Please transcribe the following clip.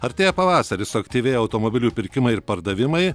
artėja pavasaris suaktyvėja automobilių pirkimai ir pardavimai